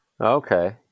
Okay